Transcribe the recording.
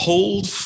Hold